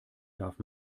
darf